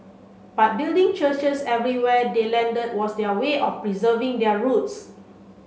but building churches everywhere they landed was their way of preserving their roots